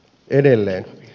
edelleen